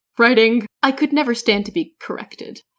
writing, i could never stand to be corrected.